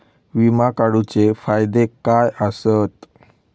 विमा काढूचे फायदे काय आसत?